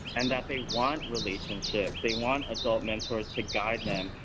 and that they want relationships they want adult mentors to guide them,